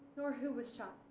nor who was shot.